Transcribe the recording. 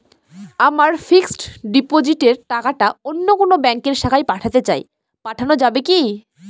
আমার ফিক্সট ডিপোজিটের টাকাটা অন্য কোন ব্যঙ্কের শাখায় পাঠাতে চাই পাঠানো যাবে কি?